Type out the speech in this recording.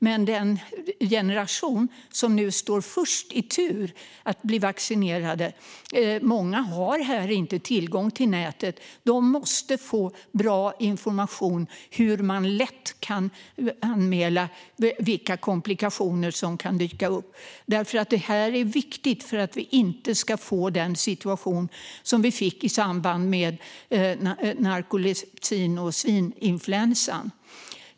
Men i den generation som står först i tur för att vaccineras är det många som inte har tillgång till nätet. De måste få bra information om hur man lätt kan anmäla komplikationer som kan dyka upp. Det är viktigt för att vi inte ska få den situation som vi fick med narkolepsin och vaccinet mot svininfluensan.